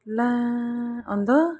ला अन्त